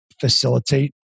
Facilitate